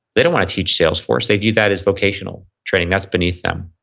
they don't want to teach salesforce. they view that as vocational training, that's beneath them.